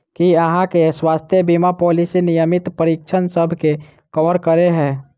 की अहाँ केँ स्वास्थ्य बीमा पॉलिसी नियमित परीक्षणसभ केँ कवर करे है?